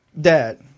Dad